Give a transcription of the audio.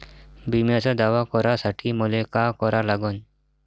बिम्याचा दावा करा साठी मले का करा लागन?